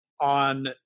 on